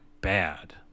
bad